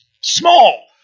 small